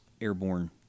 airborne